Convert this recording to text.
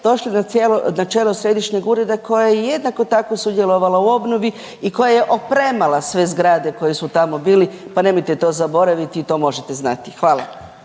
došli na čelo Središnjeg ureda koje je jednako tako sudjelovalo u obnovi i koja je opremala sve zgrade koje su tamo bili pa nemojte to zaboraviti i to možete znati. Hvala.